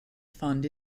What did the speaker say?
fund